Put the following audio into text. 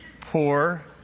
Poor